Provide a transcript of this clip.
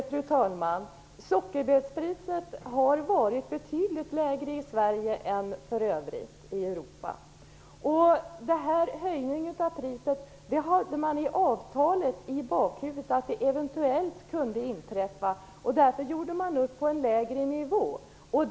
Fru talman! Sockerbetspriset har varit betydligt lägre i Sverige än i övriga Europa. Att det eventuellt kunde inträffa en höjning av priset hade man i bakhuvudet när avtalet skrevs, och därför gjorde man upp på en lägre nivå.